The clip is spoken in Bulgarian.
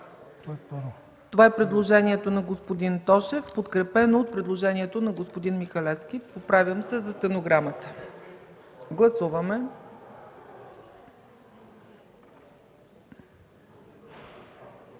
Това е предложението на господин Тошев, подкрепено от предложението на господин Михалевски – поправям се за стенограмата. Гласуваме.